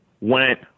went